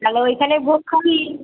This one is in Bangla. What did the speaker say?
তালে ওইখানেই ভোগ খাবি